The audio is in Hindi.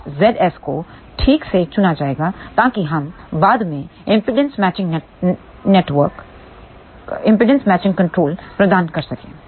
इस ZS को ठीक से चुना जाएगा ताकि हम बाद में इंपेडेंस मैचिंग नेटवर्क प्रदान कर सकें